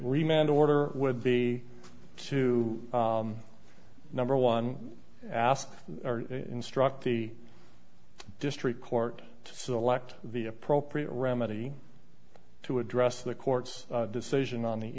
remainder order would be to number one ask instruct the district court to select the appropriate remedy to address the court's decision on the